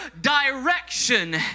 direction